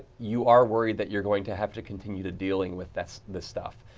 you are worried that you are going to have to continue to deal and with this this stuff.